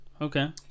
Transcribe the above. Okay